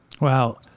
Wow